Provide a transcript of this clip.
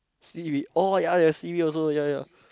Siri oh ya ya Siri also ya ya